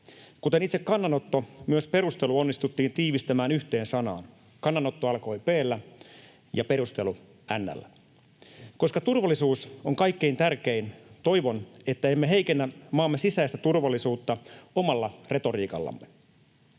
Kuten itse kannanotto myös perustelu onnistuttiin tiivistämään yhteen sanaan. Kannanotto alkoi p:llä ja perustelu n:llä. Koska turvallisuus on kaikkein tärkeintä, toivon, että emme heikennä maamme sisäistä turvallisuutta omalla retoriikallamme.